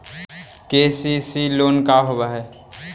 KCC loan का होब हइ?